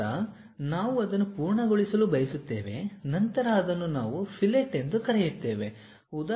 ಈಗ ನಾವು ಅದನ್ನು ಪೂರ್ಣಗೊಳಿಸಲು ಬಯಸುತ್ತೇವೆ ನಂತರ ಅದನ್ನು ನಾವು ಫಿಲೆಟ್ ಎಂದು ಕರೆಯುತ್ತೇವೆ